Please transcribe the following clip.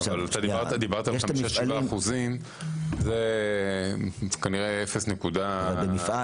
אבל דיברת על 5% או 7% - זה כנראה אפס נקודה --- אבל במפעל